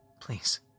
Please